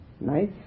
nice